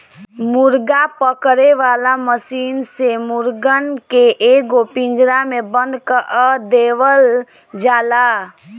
मुर्गा पकड़े वाला मशीन से मुर्गन के एगो पिंजड़ा में बंद कअ देवल जाला